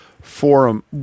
forum